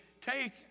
take